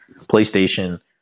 PlayStation